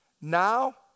Now